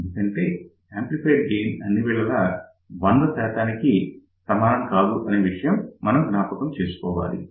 ఎందుకంటే amplifier gain అన్ని వేళల 100 సరళం గా ఉండదు అనే విషయం మనం జ్ఞాపకం చేసుకోవచ్చు